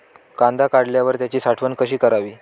कांदा काढल्यावर त्याची साठवण कशी करावी?